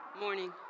Morning